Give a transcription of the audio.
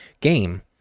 game